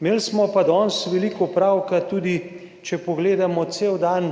Imeli smo pa danes veliko opravka, tudi če pogledamo, cel dan,